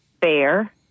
fair